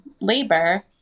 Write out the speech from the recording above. labor